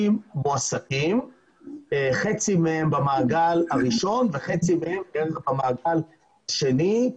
עובדים כאשר חצי מהם במעגל הראשון וחצי מהם במעגל השני.